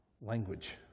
language